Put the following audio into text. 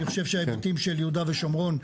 אני חושב שההיבטים של יהודה ושומרון,